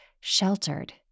sheltered